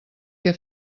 què